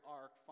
arc